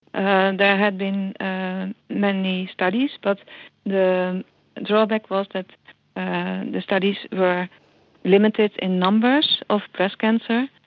and had been and many studies but the and drawback was that and the studies were limited in numbers of breast cancer,